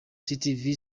city